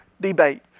debate